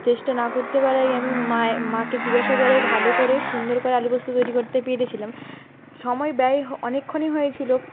চেষ্টা না করতে পারায় আমি মায় মাকে জিজ্ঞাসা করে ভালো করে সুন্দর করে আলু পোস্ত তৈরি করতে পেরেছিলাম সময় ব্যয় অনেকক্ষণই হয়েছিলো